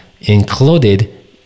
included